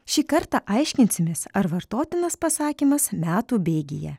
šį kartą aiškinsimės ar vartotinas pasakymas metų bėgyje